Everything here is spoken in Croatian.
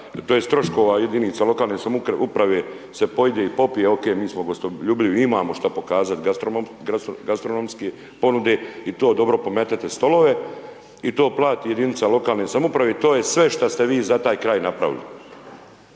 to jest troškova jedinica lokalne samouprave se pojide i popije, ok, mi smo gostoljubivi, imamo šta pokazati gastronomski ponude, i to dobro pometete stolove, i to plati jedinica lokalne samouprave, i to je sve šta ste vi za taj kraj napravili.